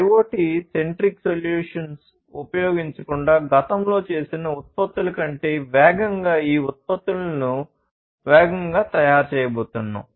IoT centric solutions ఉపయోగించకుండా గతంలో చేసిన ఉత్పత్తుల కంటే వేగంగా ఈ ఉత్పత్తులను వేగంగా తయారు చేయబోతున్నాం